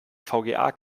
vga